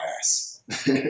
ass